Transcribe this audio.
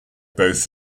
both